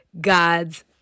god's